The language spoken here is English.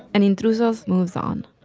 and intrusos moves on